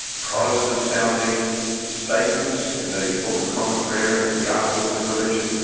protestant-sounding statements in the book of common prayer and in the articles of religion,